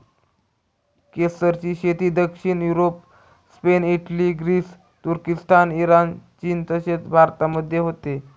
केसरची शेती दक्षिण युरोप, स्पेन, इटली, ग्रीस, तुर्किस्तान, इराण, चीन तसेच भारतामध्ये होते